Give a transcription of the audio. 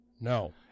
No